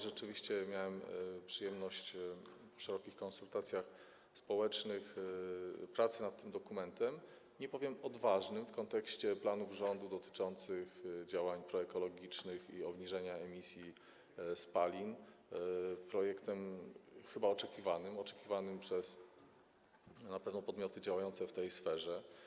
Rzeczywiście miałem przyjemność uczestniczyć w szerokich konsultacjach społecznych, pracach nad tym dokumentem, nie powiem, odważnym w kontekście planów rządu dotyczących działań proekologicznych i obniżenia emisji spalin, projektem chyba oczekiwanym, na pewno oczekiwanym przez podmioty działające w tej sferze.